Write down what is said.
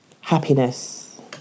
happiness